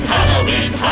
Halloween